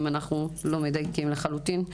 אם אנחנו לא מדייקים לחלוטין,